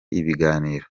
ibiganiro